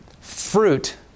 fruit